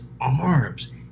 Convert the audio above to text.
arms